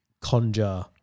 conjure